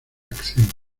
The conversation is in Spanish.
acción